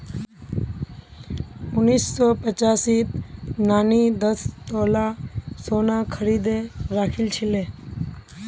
उन्नीस सौ पचासीत नानी दस तोला सोना खरीदे राखिल छिले